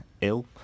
ill